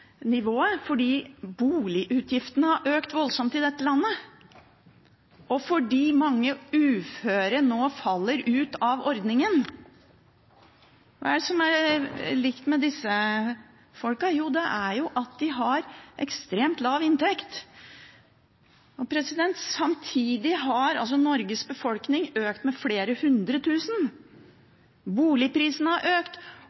nivået fordi boligutgiftene har økt voldsomt i dette landet – og fordi mange uføre nå faller ut av ordningen. Hva er det som er likt hos disse? Jo, det er at de har ekstremt lav inntekt. Samtidig har Norges befolkning økt med flere hundre tusen. Boligprisene har økt,